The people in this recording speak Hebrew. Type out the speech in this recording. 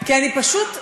כי אני פשוט תמהה,